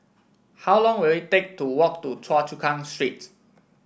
how long will it take to walk to Choa Chu Kang Street